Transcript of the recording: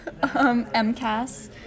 MCAS